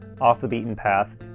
off-the-beaten-path